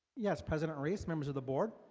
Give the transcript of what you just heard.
yes, president reese members of the board.